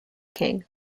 king